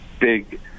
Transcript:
big –